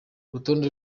urutonde